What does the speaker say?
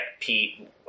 Pete